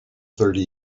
thirty